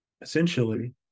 essentially